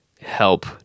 help